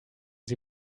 sie